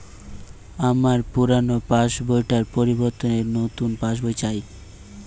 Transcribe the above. আমার পুরানো পাশ বই টার পরিবর্তে নতুন পাশ বই চাই